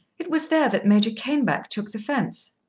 it was there that major caneback took the fence.